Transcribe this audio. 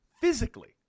physically